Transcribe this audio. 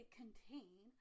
contain